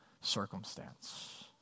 circumstance